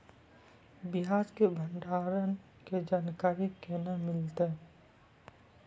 प्याज के भंडारण के जानकारी केना मिलतै?